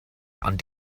ond